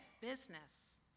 business